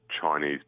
Chinese